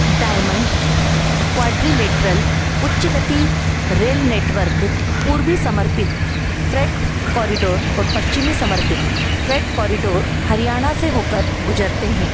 diamond quadrilateral उच्च गति rail network पूर्वी समर्पित फ्रेट कॉरिडोर और पश्चिमी समर्पित फ्रेट कॉरिडोर हरियाणा से होकर गुजरते हैं